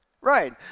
Right